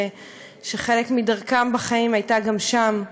שחלק מדרכם בחיים הייתה גם שם,